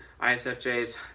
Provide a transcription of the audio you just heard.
ISFJs